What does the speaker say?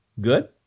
good